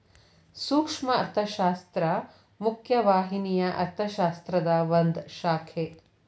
ಸೂಕ್ಷ್ಮ ಅರ್ಥಶಾಸ್ತ್ರ ಮುಖ್ಯ ವಾಹಿನಿಯ ಅರ್ಥಶಾಸ್ತ್ರದ ಒಂದ್ ಶಾಖೆ